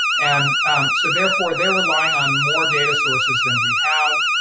and so therefore they're relying on more data sources than we have.